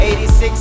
86